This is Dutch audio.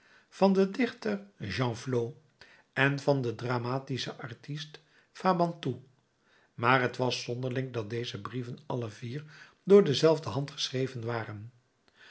van den dichter genflot en van den dramatischen artist fabantou maar t was zonderling dat deze brieven alle vier door dezelfde hand geschreven waren